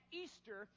easter